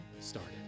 started